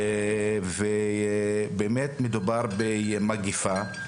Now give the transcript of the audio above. ובאמת מדובר במגפה.